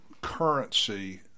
currency